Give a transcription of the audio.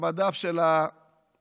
למדף של השמן,